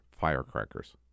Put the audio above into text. firecrackers